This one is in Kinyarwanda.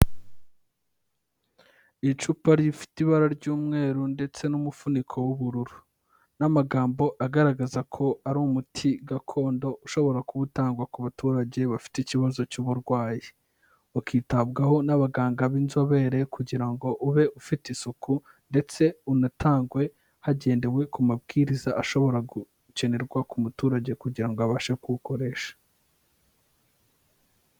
Icupa rifite ibara ry'umweru ndetse n'umufuniko w'ubururu. N'amagambo agaragaza ko ari umuti gakondo ushobora kuba utangwa ku baturage bafite ikibazo cy'uburwayi. Ukitabwaho n'abaganga b'inzobere kugira ngo ube ufite isuku ndetse unatangwe hagendewe ku mabwiriza ashobora gukenerwa ku muturage kugira ngo abashe kuwukoresha.